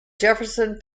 jefferson